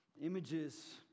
Images